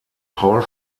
paul